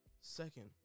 Second